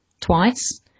twice